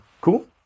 Cool